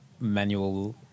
manual